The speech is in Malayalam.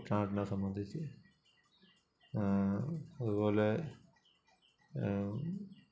കുട്ടനാടിനെ സംബന്ധിച്ച് അതുപോലെ